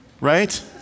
right